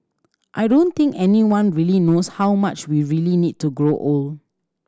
I don't think anyone really knows how much we really need to grow old